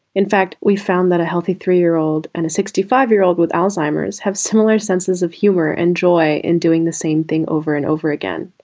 in fact we found that a healthy three year old and a sixty five year old with alzheimer's have similar senses of humor and joy in doing the same thing over and over again.